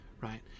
Right